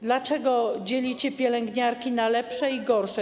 Dlaczego dzielicie pielęgniarki na lepsze i gorsze?